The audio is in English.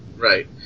Right